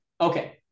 Okay